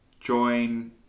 Join